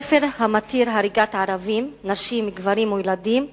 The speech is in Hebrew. ספר המתיר הריגת ערבים, נשים, גברים או ילדים,